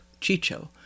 Chicho